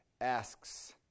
asks